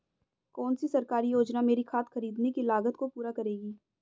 कौन सी सरकारी योजना मेरी खाद खरीदने की लागत को पूरा करेगी?